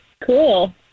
cool